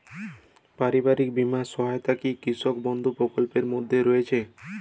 পারিবারিক বীমা সহায়তা কি কৃষক বন্ধু প্রকল্পের মধ্যে রয়েছে?